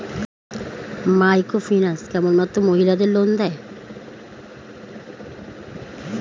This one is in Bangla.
মাইক্রোফিন্যান্স কেবলমাত্র মহিলাদের লোন দেয়?